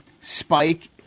spike